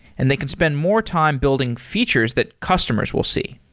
and they can spend more time building features that customers will see.